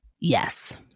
Yes